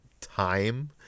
time